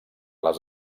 les